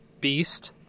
beast